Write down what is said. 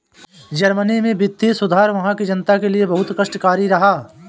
Germany में वित्तीय सुधार वहां की जनता के लिए बहुत कष्टकारी रहा